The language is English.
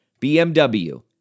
BMW